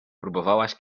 próbowałaś